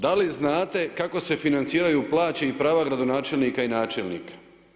Da li znate kako se financiraju plaće i prava gradonačelnika i načelnika?